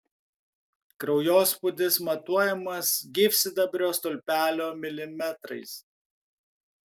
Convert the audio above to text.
kraujospūdis matuojamas gyvsidabrio stulpelio milimetrais